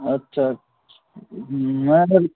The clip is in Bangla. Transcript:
আচ্ছা